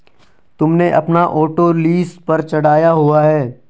तुमने अपना auto lease पर चढ़ाया हुआ है?